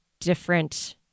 different